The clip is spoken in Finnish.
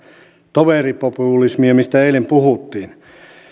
toveripopulismia mistä eilen puhuttiin